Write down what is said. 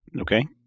okay